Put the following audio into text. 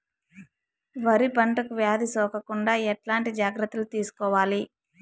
వరి పంటకు వ్యాధి సోకకుండా ఎట్లాంటి జాగ్రత్తలు తీసుకోవాలి?